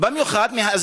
למה,